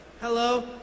Hello